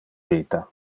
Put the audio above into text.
vita